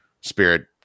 spirit